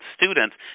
students